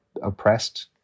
oppressed